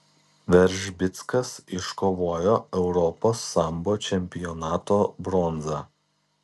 veržbickas iškovojo europos sambo čempionato bronzą